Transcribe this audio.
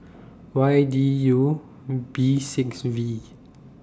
Y D U B six V